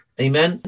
amen